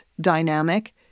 dynamic